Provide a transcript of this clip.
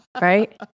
Right